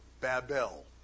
Babel